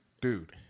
dude